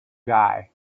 guy